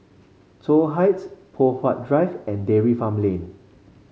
Toh Heights Poh Huat Drive and Dairy Farm Lane